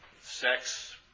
sex